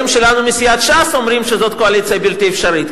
שלנו מסיעת ש"ס אומרים שזאת קואליציה בלתי אפשרית.